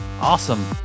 Awesome